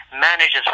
manages